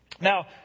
Now